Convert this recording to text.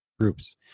groups